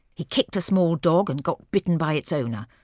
he kicked a small dog and got bitten by its owner.